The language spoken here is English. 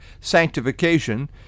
sanctification